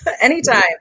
anytime